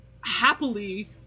happily